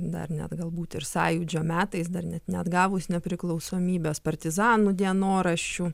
dar net galbūt ir sąjūdžio metais dar net neatgavus nepriklausomybės partizanų dienoraščių